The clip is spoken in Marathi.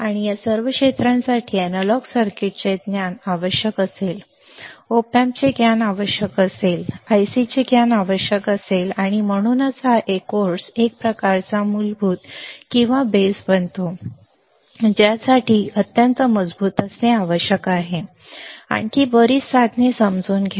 आणि या सर्व क्षेत्रासाठी अॅनालॉग सर्किट्सचे ज्ञान आवश्यक असेल ऑप एम्प्सचे ज्ञान आवश्यक असेल IC चे ज्ञान आवश्यक असेल आणि म्हणूनच हा कोर्स एक प्रकारचा मूलभूत किंवा बेस बनतो ज्यासाठी अत्यंत मजबूत असणे आवश्यक आहे आणखी बरीच साधने समजून घ्या